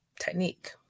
technique